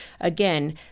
again